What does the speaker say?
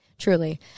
Truly